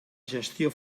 gestió